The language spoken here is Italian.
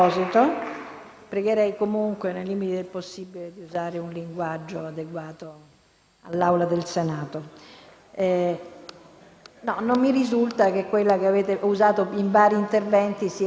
Pregherei, nei limiti del possibile, di usare un linguaggio adeguato all'Aula del Senato. Non mi risulta che quella che avete usato in vari interventi sia